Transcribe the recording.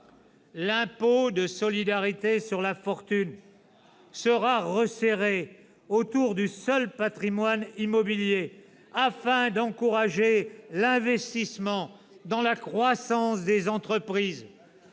L'impôt de solidarité sur la fortune sera resserré autour du seul patrimoine immobilier, afin d'encourager l'investissement dans la croissance des entreprises.